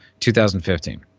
2015